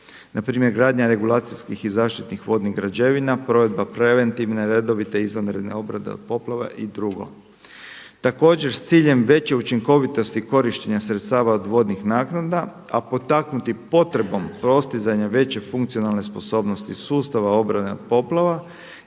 npr. gradnja regulacijskih i zaštitnih vodnih građevina, provedba preventivne, redovite, izvanredne obrade od poplava i drugo, također s ciljem veće učinkovitosti korištenja sredstava od vodnih naknada a potaknuti potrebom postizanja veće funkcionale sposobnosti sustava obrane od poplava